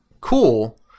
cool